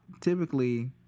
typically